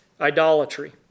idolatry